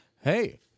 hey